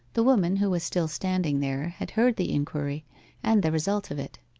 the woman who was still standing there had heard the inquiry and the result of it.